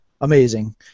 amazing